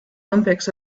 olympics